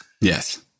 Yes